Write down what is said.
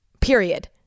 Period